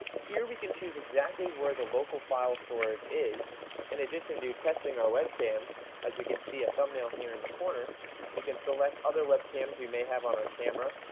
here we can choose exactly where the local file storage is in addition to testing our webcam as we can see the thumbnail here in the corner we can select other webcams we may have on our camera,